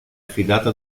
affidata